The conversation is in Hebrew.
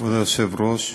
כבוד היושב-ראש,